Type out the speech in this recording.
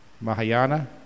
Mahayana